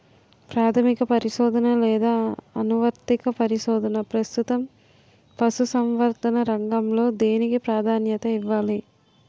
ప్రాథమిక పరిశోధన లేదా అనువర్తిత పరిశోధన? ప్రస్తుతం పశుసంవర్ధక రంగంలో దేనికి ప్రాధాన్యత ఇవ్వాలి?